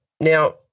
Now